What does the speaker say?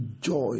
joy